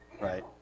right